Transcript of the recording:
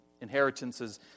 Inheritances